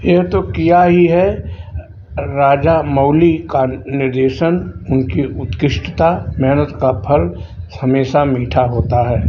यह तो किया ही है राजामौली का निर्देशन उनकी उत्कृष्टता मेहनत का फल हमेशा मीठा होता है